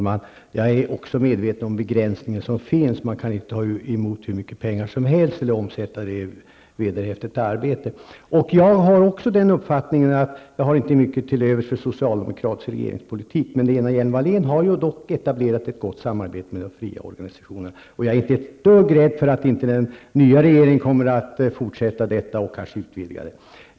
Herr talman! Även jag är medveten om den begränsning som finns, att de enskilda organisationerna inte kan ta emot hur mycket pengar som helst eller omsätta dem i vederhäftigt arbete. Jag har inte mycket till övers för socialdemokratisk regeringspolitik, men Lena Hjelm-Wallén har dock etablerat ett gott samarbete med de fria organisationerna. Jag är inte ett dugg rädd för att den nya regeringen inte kommer att fortsätta detta arbete och kanske utvidga det.